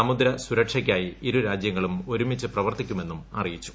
സമുദ്ര സുരക്ഷയ്ക്കായി ഇരുരാജ്യങ്ങളും ഒരുമിച്ച് പ്രവർത്തിക്കുമെന്നും അറിയിച്ചു